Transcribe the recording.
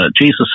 Jesus